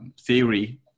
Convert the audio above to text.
theory